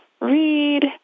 read